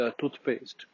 toothpaste